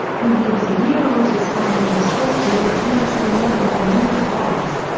when he was a year old his family was forced to leave war-torn lebanon and moved to paris.